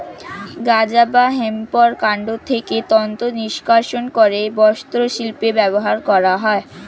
গাঁজা বা হেম্পের কান্ড থেকে তন্তু নিষ্কাশণ করে বস্ত্রশিল্পে ব্যবহার করা হয়